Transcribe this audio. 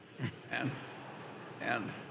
And—and—